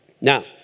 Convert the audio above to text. Now